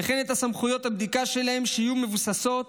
וכן את סמכויות הבדיקה שלהם שתהיינה מבוססות